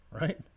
right